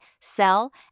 sell